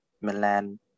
Milan